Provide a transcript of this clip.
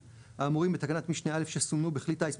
האמורים בתקנת משנה (א) שסומנו בכלי טיס,